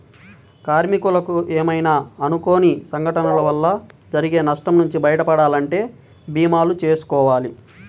కార్మికులకు ఏమైనా అనుకోని సంఘటనల వల్ల జరిగే నష్టం నుంచి బయటపడాలంటే భీమాలు చేసుకోవాలి